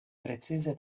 precize